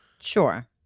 sure